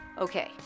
okay